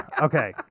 okay